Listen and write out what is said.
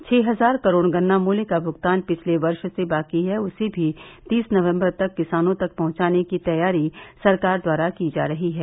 छः हजार करोड़ गन्ना मूल्य का भुगतान पिछले वर्ष से बाकी है उसे भी तीस नवम्बर तक किसानों तक पहुंचने की तैयारी सरकार द्वारा की जा रही है